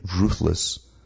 ruthless